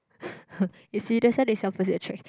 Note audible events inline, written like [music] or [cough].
[breath] you see that's why they say opposite attract